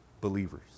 believers